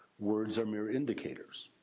words are mere indicators.